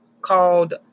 called